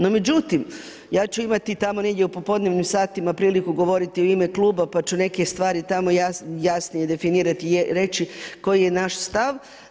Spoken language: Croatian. No međutim, ja ću imati tamo negdje u popodnevnim satima priliku govoriti u ime kluba, pa ću neke stvari tamo jasnije definirati, reći koji je naš stav.